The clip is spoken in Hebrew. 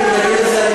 היא תיצמד אליה,